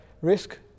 risk